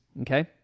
okay